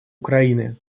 украины